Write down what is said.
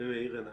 ומאיר עיניים.